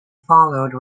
followed